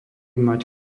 mať